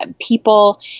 people